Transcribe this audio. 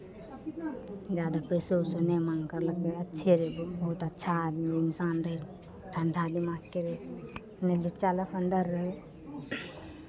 ज्यादे पैसो उसो नहि माङ्ग करलकै अच्छे रहय बहुत अच्छा आदमी इंसान रहय ठण्ढा दिमागके रहय नहि लुच्चा लफन्दर रहय